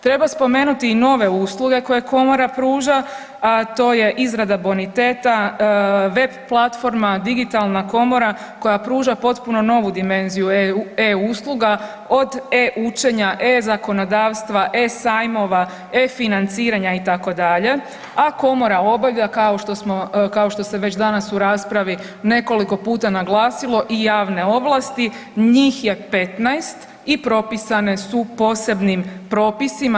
Treba spomenuti i nove usluge koje komora pruža, a to je izrada boniteta, VEP platforma, digitalna komora koja pruža potpuno novu dimenziju e-usluga od e-učenja, e-zakonodavstva, e-sajmova, e-financiranja itd., a komora obavlja kao što se već danas u raspravi nekoliko puta naglasilo i javne ovlasti, njih je 15 i propisane su posebnim propisima.